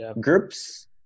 groups